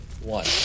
one